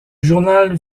journal